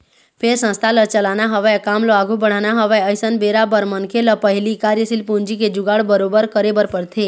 फेर संस्था ल चलाना हवय काम ल आघू बढ़ाना हवय अइसन बेरा बर मनखे ल पहिली कार्यसील पूंजी के जुगाड़ बरोबर करे बर परथे